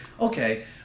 Okay